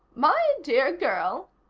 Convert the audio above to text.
my dear girl,